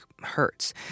hurts